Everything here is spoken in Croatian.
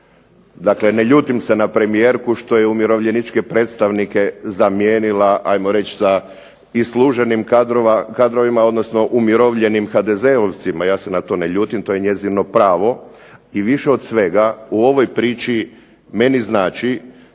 dakle ne ljutim se na premijerku što je umirovljeničke predstavnike zamijenila ajmo reći sa isluženim kadrovima odnosno umirovljenim HDZ-ovcima, ja se na to ne ljutim to je njezino pravo. I više od svega u ovoj priči mini znači